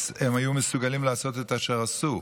אז הם היו מסוגלים לעשות את אשר עשו.